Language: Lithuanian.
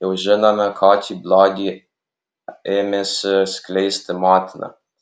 jau žinome kokį blogį ėmėsi skleisti motina